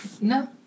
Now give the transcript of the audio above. No